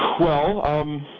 well um.